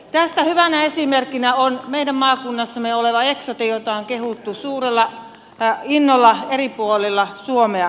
tästä hyvänä esimerkkinä on meidän maakunnassamme oleva eksote jota on kehuttu suurella innolla eri puolilla suomea